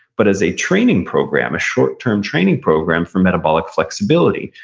but as a training program. a short term training program for metabolic flexibility.